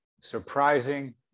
surprising